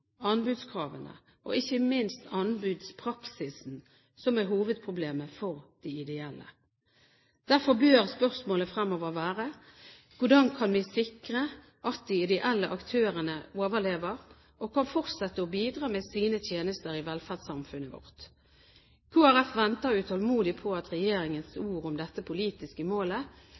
anbudskravene og ikke minst anbudspraksisen som er hovedproblemet for de ideelle. Derfor bør spørsmålet fremover være: Hvordan kan vi sikre at de ideelle aktørene overlever og kan fortsette å bidra med sine tjenester i velferdssamfunnet vårt? Kristelig Folkeparti venter utålmodig på at regjeringens ord om dette politiske målet